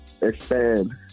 expand